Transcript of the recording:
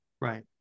Right